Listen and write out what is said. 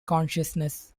consciousness